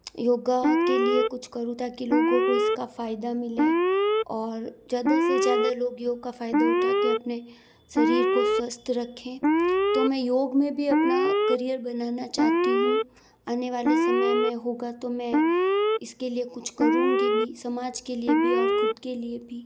योगा के लिए कुछ करूँ ताकि लोगों को इसका फ़ायदा मिले और ज़्यादा से ज़्यादा लोग योग का फ़ायदा उठाके अपने शरीर को स्वस्थ रखें तो मैं योग में भी अपना करियर बनाना चाहती हूँ आने वाले समय में होगा तो मैं इसके लिए कुछ करूंगी भी समाज के लिए भी और खुद के लिए भी